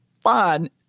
fun